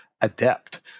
adept